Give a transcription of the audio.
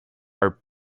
are